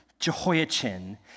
Jehoiachin